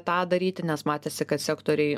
tą daryti nes matėsi kad sektoriai